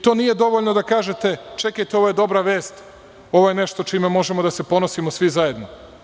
To nije dovoljno da kažete – čekajte, ovo je dobra vest, ovo je nešto čime možemo da se ponosimo svi zajedno.